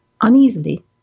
Uneasily